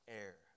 air